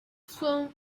foam